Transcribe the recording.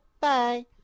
Bye